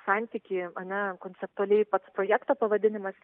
santykį ar ne konceptualiai pats projekto pavadinimas